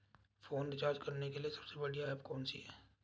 Phone recharge करने के लिए सबसे बढ़िया ऐप कौन सी है?